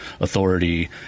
authority